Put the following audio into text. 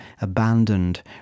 abandoned